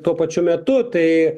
tuo pačiu metu tai